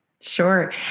Sure